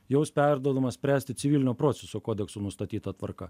jau jis perduodamas spręsti civilinio proceso kodeksu nustatyta tvarka